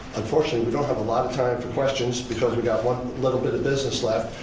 unfortunately, we don't have a lot of time for questions because we've got one little bit of business left,